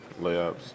layups